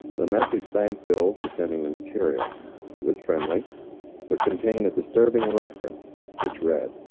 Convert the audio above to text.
the message thanked bill for sending the material it was friendly but contained a disturbing reference which read